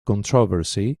controversy